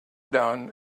down